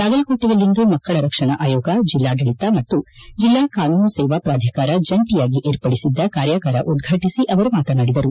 ಬಾಗಲಕೋಟೆಯಲ್ಲಿಂದು ಮಕ್ಕಳ ಪಕ್ಕುಗಳ ರಕ್ಷಣಾ ಆಯೋಗ ಜಿಲ್ಲಾಡಳತ ಮತ್ತು ಜಿಲ್ಲಾ ಕಾನೂನು ಸೇವಾ ಪ್ರಾಧಿಕಾರ ಜಂಟಿಯಾಗಿ ವಿರ್ಪಡಿಸಿದ್ದ ಕಾರ್ಯಾಗಾರ ಉದ್ಘಾಟಿಸಿ ಅವರು ಮಾತನಾಡಿದರು